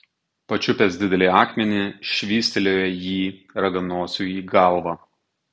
pačiupęs didelį akmenį švystelėjo jį raganosiui į galvą